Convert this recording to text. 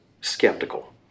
skeptical